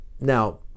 Now